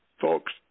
Folks